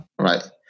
Right